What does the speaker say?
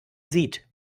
sieht